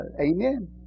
amen